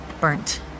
burnt